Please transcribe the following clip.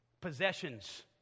possessions